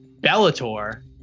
Bellator